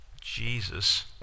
Jesus